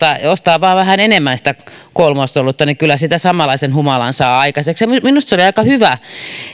kun ostaa vain vähän enemmän sitä kolmosolutta niin kyllä siitä samanlaisen humalan saa aikaiseksi minusta se oli aika hyvä